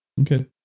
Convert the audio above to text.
okay